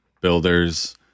builders